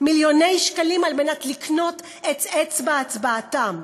מיליוני שקלים על מנת לקנות את אצבע הצבעתם.